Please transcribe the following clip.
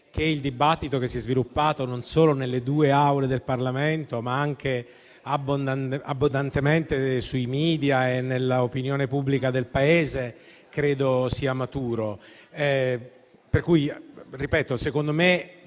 cui il dibattito che si è sviluppato, non solo nelle due Aule del Parlamento, ma anche abbondantemente sui *media* e nell'opinione pubblica del Paese, è a mio avviso maturo. Ripeto, secondo me,